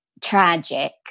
tragic